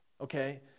okay